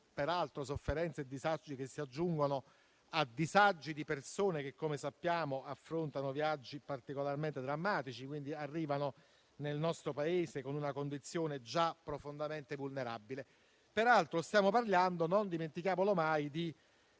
tali sofferenze e tali disagi si aggiungono peraltro ai disagi di persone che, come sappiamo, affrontano viaggi particolarmente drammatici e quindi arrivano nel nostro Paese in una condizione già profondamente vulnerabile. Stiamo parlando (non dimentichiamolo mai) di